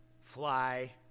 fly